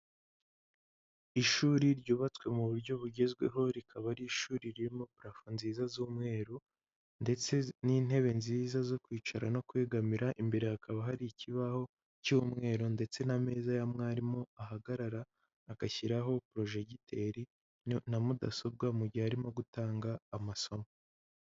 Ishuri ryubatswe mu buryo bugezweho rikaba ari ishuri ririmo parafo nziza z'umweru ndetse n'intebe nziza zo kwicara no kwegamira, imbere hakaba hari ikibaho cy'umweru ndetse n'ameza ya mwarimu ahagarara agashyiraho projecteur na mudasobwa mu gihe arimo gutanga amasomo.